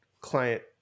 client